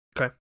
Okay